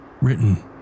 written